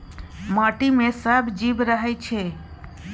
माटि मे सब जीब रहय छै